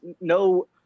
no